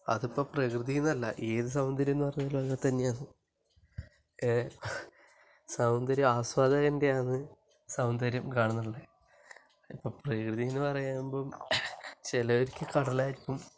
അതിപ്പം പ്രകൃതി എന്നല്ല ഏത് സൗന്ദര്യം എന്ന് പറഞ്ഞാലും അങ്ങനെ തന്നെയാണ് സൗന്ദര്യ ആസ്വാദകൻ്റെയാന്ന് സൗന്ദര്യം കാണുന്നുള്ളത് ഇപ്പം പ്രകൃതി എന്ന് പറയുമ്പം ചിലവർക്ക് കടലായിരിക്കും